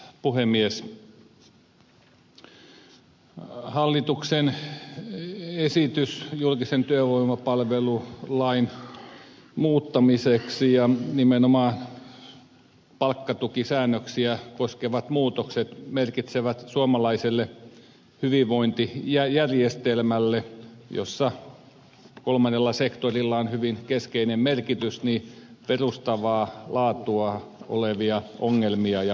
hallituksen esitys julkisen työvoimapalvelulain muuttamiseksi ja nimenomaan palkkatukisäännöksiä koskevat muutokset merkitsevät suomalaiselle hyvinvointijärjestelmälle jossa kolmannella sektorilla on hyvin keskeinen merkitys perustavaa laatua olevia ongelmia ja muutoksia